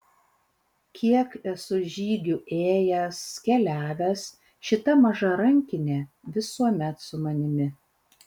kiek esu žygių ėjęs keliavęs šita maža rankinė visuomet su manimi